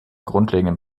grundlegenden